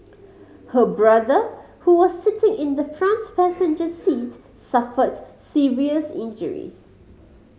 her brother who was sitting in the front passenger seat suffered serious injuries